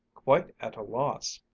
quite at a loss.